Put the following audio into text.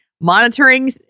monitoring